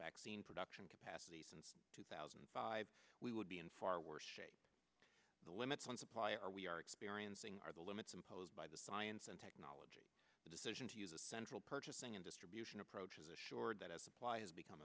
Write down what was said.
vaccine production capacity since two thousand and five we would be in far worse shape the limits on supply are we are experiencing are the limits imposed by the science and technology the decision to use a central purchasing and distribution approach is assured that as supply has become